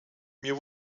mir